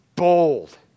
bold